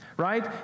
right